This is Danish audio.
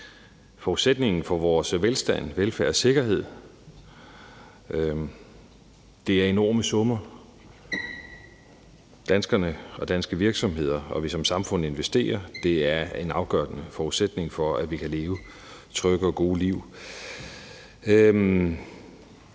forudsætningen for vores velstand, velfærd og sikkerhed. Det er enorme summer, danskerne, danske virksomheder og vi som samfund investerer. Det er en afgørende forudsætning for, at vi kan leve trygge og gode liv.